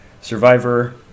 Survivor